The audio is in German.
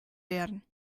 werden